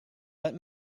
let